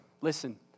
Listen